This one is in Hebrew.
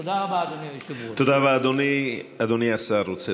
תודה רבה, אדוני היושב-ראש.